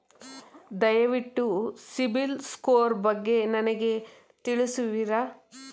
ದಯವಿಟ್ಟು ಸಿಬಿಲ್ ಸ್ಕೋರ್ ಬಗ್ಗೆ ನನಗೆ ತಿಳಿಸುವಿರಾ?